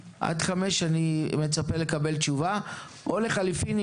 אני מצפה לקבל תשובה עד השעה 17:00,